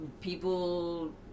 people